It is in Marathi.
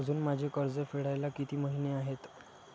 अजुन माझे कर्ज फेडायला किती महिने आहेत?